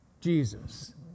Jesus